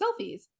selfies